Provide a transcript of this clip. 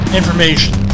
information